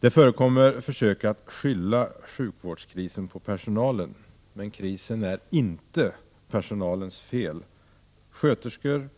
Det förekommer försök att skylla sjukvårdskrisen på personalen. Men krisen är inte personalens fel. Sköterskor,